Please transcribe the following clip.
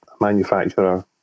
manufacturer